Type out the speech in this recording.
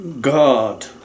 God